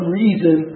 reason